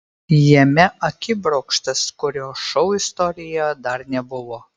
jame akibrokštas kurio šou istorijoje dar nebuvo